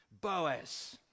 boaz